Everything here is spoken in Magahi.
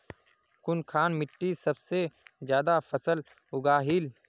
कुनखान मिट्टी सबसे ज्यादा फसल उगहिल?